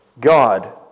God